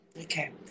Okay